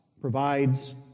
provides